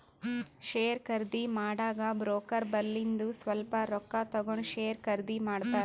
share ಖರ್ದಿ ಮಾಡಾಗ broker ಬಲ್ಲಿಂದು ಸ್ವಲ್ಪ ರೊಕ್ಕಾ ತಗೊಂಡ್ ಶೇರ್ ಖರ್ದಿ ಮಾಡ್ತಾರ್